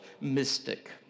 mystic